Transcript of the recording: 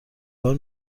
بار